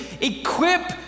equip